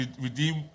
Redeem